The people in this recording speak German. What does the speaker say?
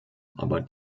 aber